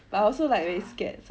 ya